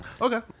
Okay